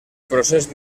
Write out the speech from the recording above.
procés